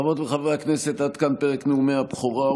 חברות וחברי הכנסת, עד כאן פרק נאומי הבכורה.